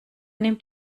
nimmt